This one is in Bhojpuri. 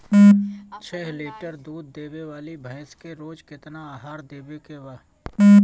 छह लीटर दूध देवे वाली भैंस के रोज केतना आहार देवे के बा?